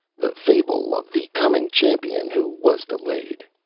the fable of the coming champion who was delayed